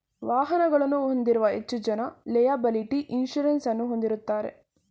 ವಾಹನಗಳನ್ನು ಹೊಂದಿರುವ ಹೆಚ್ಚು ಜನ ಲೆಯಬಲಿಟಿ ಇನ್ಸೂರೆನ್ಸ್ ಅನ್ನು ಹೊಂದಿರುತ್ತಾರೆ